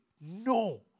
No